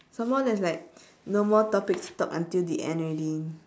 somemore there's like no more topics to talk until the end already